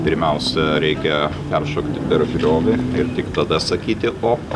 pirmiausia reikia peršokti per griovį ir tik tada sakyti op